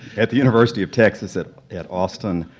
at the university of texas at at austin.